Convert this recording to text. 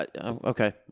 okay